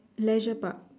leisure park